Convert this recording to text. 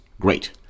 Great